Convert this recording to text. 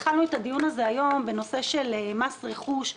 התחלנו את הדיון היום בנושא של מס רכוש,